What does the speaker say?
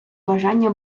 бажання